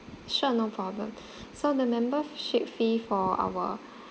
sure no problem so the membership fee for our